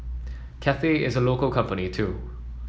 Cathay is a local company too